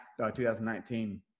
2019